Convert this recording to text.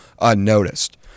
unnoticed